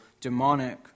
demonic